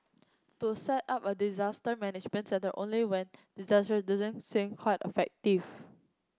to set up a disaster management centre only when disaster doesn't seem quite effective